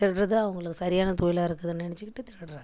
திருடுறது அவங்களுக்கு சரியான தொழிலாக இருக்குதுன்னு நினச்சிக்கிட்டு திருடுறாங்க